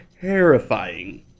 terrifying